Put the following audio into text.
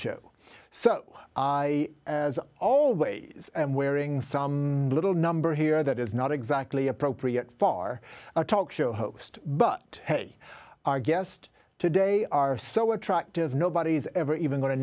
show so i as always am wearing some little number here that is not exactly appropriate for our talk show host but hey our guest today are so attractive nobody's ever even going to